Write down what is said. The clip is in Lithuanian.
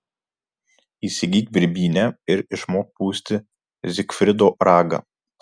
įsigyk birbynę ir išmok pūsti zigfrido ragą